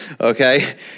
okay